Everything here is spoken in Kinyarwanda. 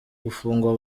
gufungwa